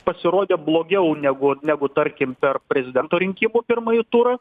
pasirodė blogiau negu negu tarkim per prezidento rinkimų pirmąjį turą